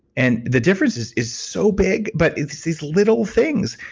and the difference is is so big but it's these little things.